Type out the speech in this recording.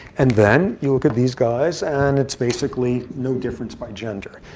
and then you look at these guys, and it's basically no difference by gender.